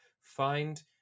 find